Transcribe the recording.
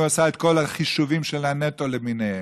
עשה את כל החישובים של ה"נטו" למיניהם.